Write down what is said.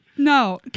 No